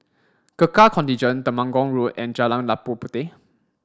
Gurkha Contingent Temenggong Road and Jalan Labu Puteh